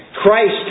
Christ